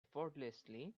effortlessly